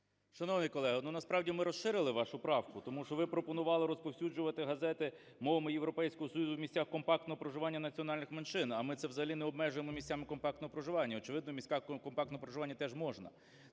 Шановний колего, ну, насправді ми розширили вашу правку, тому що ви пропонували розповсюджувати газети мовами Європейського Союзу в місцях компактного проживання національних меншин, а ми це взагалі не обмежуємо місцями компактного проживання. Очевидно, в місцях компактного проживання теж можна.